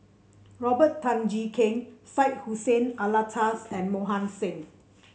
Robert Tan Jee Keng Syed Hussein Alatas and Mohan Singh